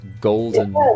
golden